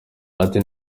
ati